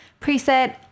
preset